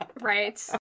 Right